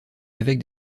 avec